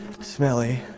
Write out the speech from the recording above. smelly